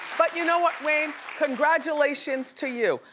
but you know what wayne, congratulations to you.